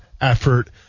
effort